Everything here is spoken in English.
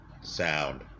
sound